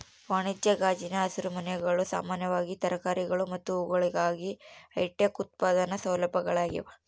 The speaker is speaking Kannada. ವಾಣಿಜ್ಯ ಗಾಜಿನ ಹಸಿರುಮನೆಗಳು ಸಾಮಾನ್ಯವಾಗಿ ತರಕಾರಿಗಳು ಮತ್ತು ಹೂವುಗಳಿಗಾಗಿ ಹೈಟೆಕ್ ಉತ್ಪಾದನಾ ಸೌಲಭ್ಯಗಳಾಗ್ಯವ